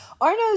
Arno's